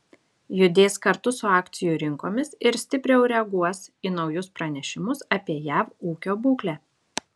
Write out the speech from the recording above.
judės kartu su akcijų rinkomis ir stipriau reaguos į naujus pranešimus apie jav ūkio būklę